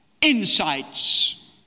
insights